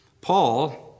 Paul